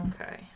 Okay